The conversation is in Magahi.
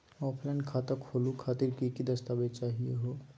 ऑफलाइन खाता खोलहु खातिर की की दस्तावेज चाहीयो हो?